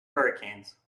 hurricanes